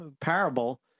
parable